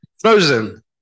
frozen